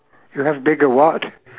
you have bigger what